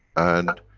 and,